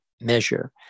measure